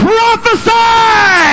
Prophesy